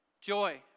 Joy